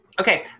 okay